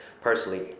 personally